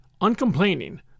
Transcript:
uncomplaining